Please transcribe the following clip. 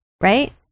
Right